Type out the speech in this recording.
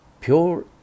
pure